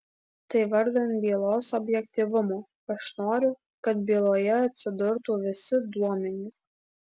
tai vardan bylos objektyvumo aš noriu kad byloje atsidurtų visi duomenys